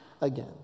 again